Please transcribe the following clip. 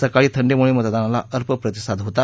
सकाळी थंडीमुळे मतदानाला अल्प प्रतिसाद होता